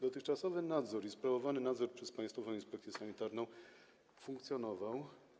Dotychczasowy nadzór sprawowany przez Państwową Inspekcję Sanitarną funkcjonował.